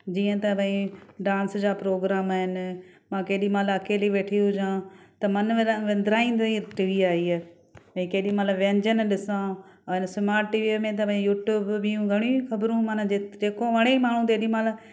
जीअं त भई डांस जा प्रोग्राम आहिनि मां केॾी महिल अकेली वेठी हुजां त मन में अंदरां ई टी वी आई आहे भई केॾी महिल व्यंजन ॾिसां हाणे स्मार्ट टीवीअ में त भई यूट्यूब ॿियूं घणेई ख़बरूं मना जेको वणे माण्हू तेॾी महिल